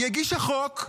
היא הגישה חוק,